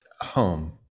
Home